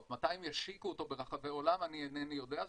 ישיקו אותו ברחבי עולם, אני אינני יודע.